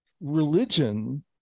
religion